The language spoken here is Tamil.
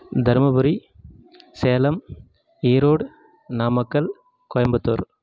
தருமபுரி சேலம் ஈரோடு நாமக்கல் கோயம்புத்தூர்